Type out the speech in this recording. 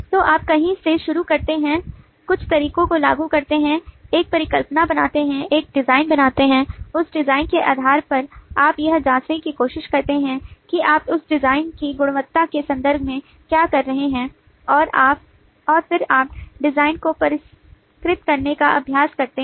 तो आप कहीं से शुरू करते हैं कुछ तरीकों को लागू करते हैं एक परिकल्पना बनाते हैं एक डिज़ाइन बनाते हैं उस डिज़ाइन के आधार पर आप यह जाँचने की कोशिश करते हैं कि आप उस डिज़ाइन की गुणवत्ता के संदर्भ में क्या कर रहे हैं और फिर आप डिज़ाइन को परिष्कृत करने का प्रयास करते हैं